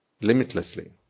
limitlessly